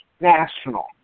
national